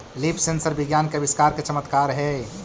leaf sensor विज्ञान के आविष्कार के चमत्कार हेयऽ